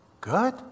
good